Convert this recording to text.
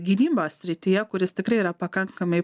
gynybos srityje kuris tikrai yra pakankamai